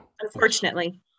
Unfortunately